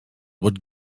would